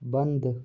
बंद